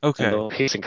Okay